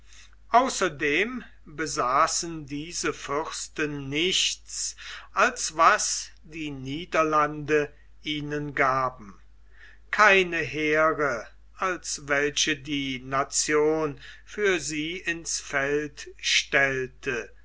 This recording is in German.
außerdem besaßen diese fürsten nichts als was die niederlande ihnen gaben keine heere als welche die nation für sie ins feld stellte